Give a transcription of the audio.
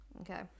Okay